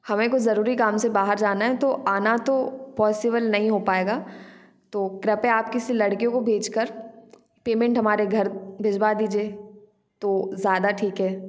हमें कुछ ज़रूरी काम से बाहर जाना है तो आना तो पॉसिबल नहीं हो पाएगा तो कृपया आप किसी लड़के को भेज कर पेमेंट हमारे घर भिजवा दीजिए तो ज़्यादा ठीक है